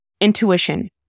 intuition